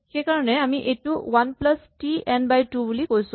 সেইকাৰণে আমি এইটো one plus T N by two বুলি কৈছো